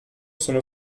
sono